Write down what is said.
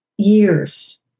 Years